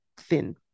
thin